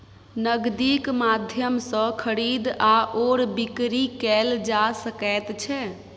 नगदीक माध्यम सँ खरीद आओर बिकरी कैल जा सकैत छै